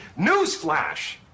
Newsflash